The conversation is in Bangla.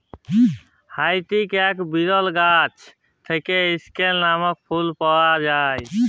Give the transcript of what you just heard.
হাইতির এক বিরল গাছ থেক্যে স্কেয়ান লামক ফুল পাওয়া যায়